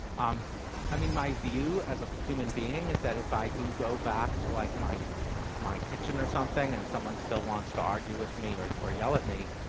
um i mean, my view as a human being is that if i do go back to like my my kitchen or something and someone still wants to argue with me or or yell at me,